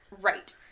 Right